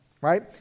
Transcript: right